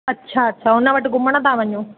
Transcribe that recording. अछा अछा हुन वटि घुमणु था वञो